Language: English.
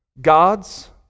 God's